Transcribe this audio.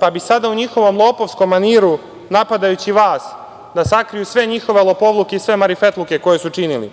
pa bi sada u njihovom lopovskom maniru, napadajući vas da sakriju sve njihove lopovluke i sve njihove marifetluke koje su činili.